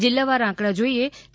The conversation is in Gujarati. જિલ્લાવાર આંકડા જોઈએ તો